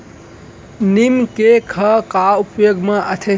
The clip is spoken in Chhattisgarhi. नीम केक ह का उपयोग मा आथे?